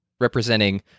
representing